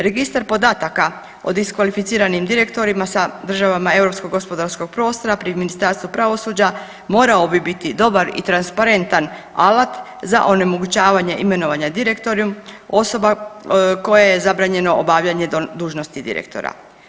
Registar podataka o diskvalificiranim direktorima sa državama europskog gospodarskog prostora pri Ministarstvu pravosuđa morao bi biti dobar i transparentan alat za onemogućavanje imenovanja direktora osobe kojima je zabranjeno obavljanje dužnosti direktora.